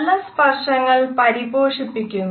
നല്ല സ്പർശനങ്ങൾ പരിപോഷിപ്പിക്കുന്നു